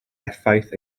effaith